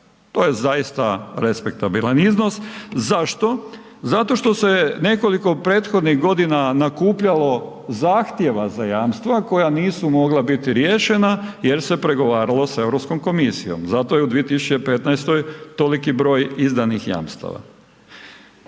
to je zaista respektabilan iznos. Zašto? Zato što se nekoliko prethodnih godina nakupljalo zahtjeva za jamstva koja nisu mogla biti riješena jer se pregovaralo sa Europskom komisijom, zato je u 2015. toliki broj izdanih jamstava.